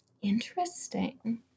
Interesting